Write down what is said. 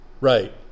Right